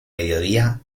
mediodía